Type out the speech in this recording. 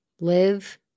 live